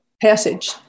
passage